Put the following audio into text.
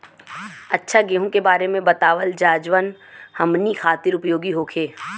अच्छा गेहूँ के बारे में बतावल जाजवन हमनी ख़ातिर उपयोगी होखे?